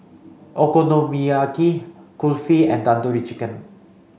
Okonomiyaki Kulfi and Tandoori Chicken